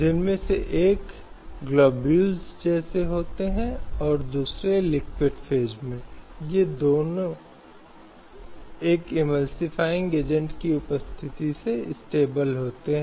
जिससे बच्चा नाजायज हो जाता है और इस तरह के परीक्षणों के निर्धारण से महिला या माँ को अस्वस्थ रखा जा सकता है